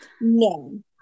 no